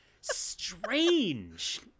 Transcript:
strange